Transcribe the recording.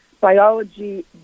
biology